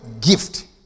gift